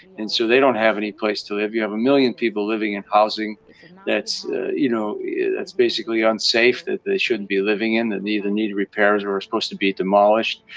and so they don't have anyplace to live. you have one million people living in housing that's you know that's basically unsafe, that they shouldn't be living in, that needed and needed repairs or are supposed to be demolished.